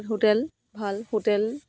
hotel ভাল hotel